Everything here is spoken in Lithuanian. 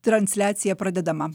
transliacija pradedama